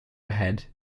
ahead